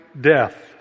death